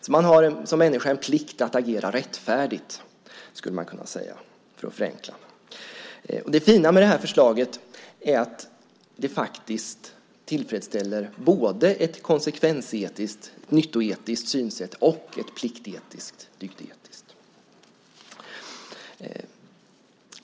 För att förenkla det lite kan man säga att man som människa enligt detta synsätt har en plikt att agera rättfärdigt. Det fina med det här förslaget är att det faktiskt tillfredsställer både ett konsekvensetiskt, nyttoetiskt synsätt och ett pliktetiskt och dygdetiskt.